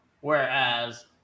whereas